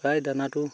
প্ৰায় দানাটো